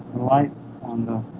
lights on the